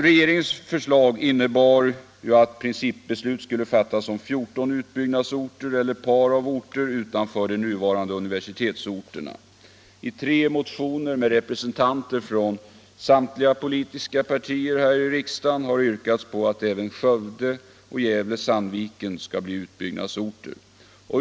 Regeringens förslag innebär att principbeslut skulle fattas om 14 utbyggnadsorter eller par av orter utanför de nuvarande universitetsorterna. I tre motioner av representanter från samtliga politiska partier här i riksdagen har yrkats att även Skövde och Gävle-Sandviken skall bli utbyggnadsorter.